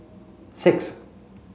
six